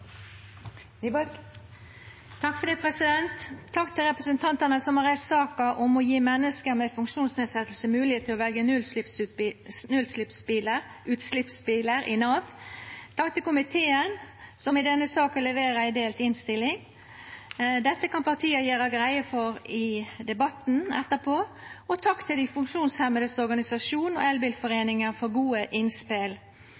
minutter. Takk til representantane som har reist saka «om å gi mennesker med funksjonsnedsettelser mulighet til å velge nullutslippsbiler i Nav». Takk til komiteen, som i denne saka leverer ei delt innstilling. Dette kan partia gjera greie for i debatten etterpå. Takk også til Funksjonshemmedes Fellesorganisasjon og Norsk elbilforening for gode innspel. Eg vil no gå over til